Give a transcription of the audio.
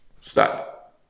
Stop